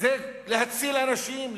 זה להציל אנשים,